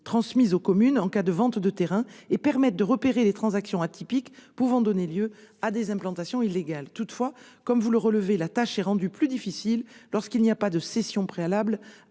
transmises aux communes en cas de vente de terrains et qui permettent de repérer les transactions atypiques pouvant donner lieu à des implantations illégales. Toutefois, comme vous l'avez relevé, la tâche est rendue plus difficile lorsqu'il y a non pas une cession préalable